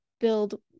build